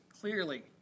clearly